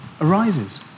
arises